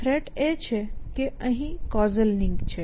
threat એ છે કે અહીં કૉઝલ લિંક છે